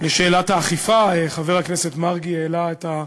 לשאלת האכיפה חבר הכנסת מרגי העלה את,